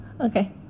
Okay